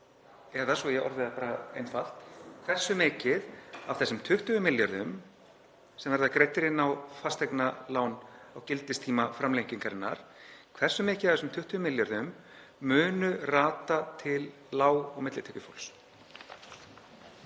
Eða, svo að ég orði það bara einfalt: Hversu mikið af þessum 20 milljörðum sem verða greiddir inn á fasteignalán á gildistíma framlengingarinnar, hversu mikið af þessum 20 milljörðum mun rata til lág- og millitekjufólks?